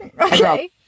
Okay